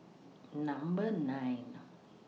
Number nine